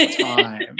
time